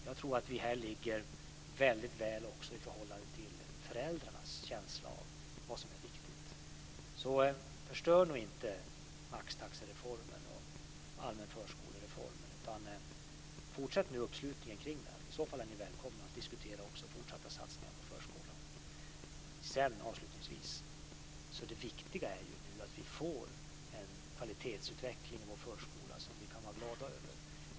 Jag tror att vi ligger väldigt väl till här också i förhållande till föräldrarnas känsla av vad som är viktigt. Så förstör nu inte maxtaxereformen och reformen om den allmänna förskolan, utan fortsätt uppslutningen kring detta! I så fall är ni välkomna att diskutera också fortsatta satsningar på förskolan. Avslutningsvis är det viktiga nu att vi får en kvalitetsutveckling i vår förskola som vi kan vara glada över.